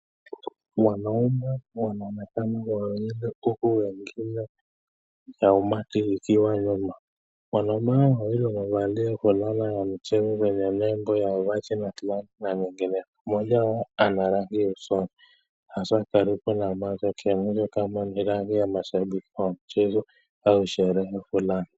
Wanaume wanaonekana wawili huku wengine na umati ukiwa nyuma. Wanaume hao wawili wamevalia fulana ya mchozo yenye lembo ya wanja ya club na wengineo. Mmoja akiwa na rangi usoni. Wanaonekana kama mashabiki au kwenye sherehe Fulani.